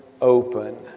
open